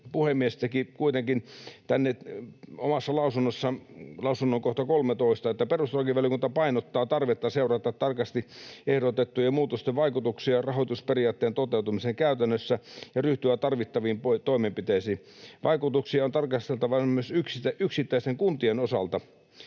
puhemies, teki kuitenkin omassa lausunnossaan — lausunnon kohta 13 — ponnen: ”Perustuslakivaliokunta painottaa tarvetta seurata tarkasti ehdotettujen muutosten vaikutuksia rahoitusperiaatteen toteutumiseen käytännössä ja ryhtyä tarvittaviin toimenpiteisiin. Vaikutuksia on tarkasteltava myös yksittäisten kuntien osalta.